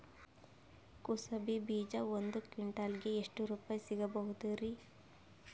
ಕುಸಬಿ ಬೀಜ ಒಂದ್ ಕ್ವಿಂಟಾಲ್ ಗೆ ಎಷ್ಟುರುಪಾಯಿ ಸಿಗಬಹುದುರೀ?